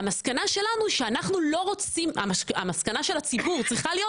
המסקנה של הציבור צריכה להיות,